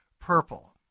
purple